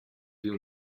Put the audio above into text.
bil